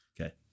okay